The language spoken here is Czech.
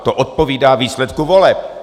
To odpovídá výsledku voleb.